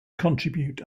contribute